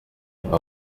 hari